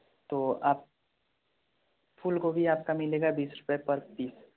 तो आप फूल गोभी आपका मिलेगा बीस रुपये पर पीस